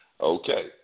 Okay